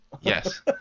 Yes